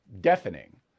deafening